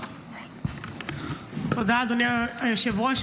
תודה, אדוני היושב-ראש.